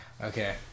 Okay